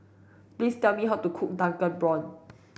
please tell me how to cook drunken prawns